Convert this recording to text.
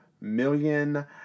million